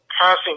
passing